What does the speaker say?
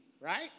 right